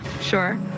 sure